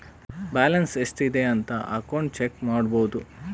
balance ಎಷ್ಟ್ ಇದೆ ಅಂತ ಅಕೌಂಟ್ ಚೆಕ್ ಮಾಡಬೋದು